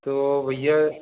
तो भैया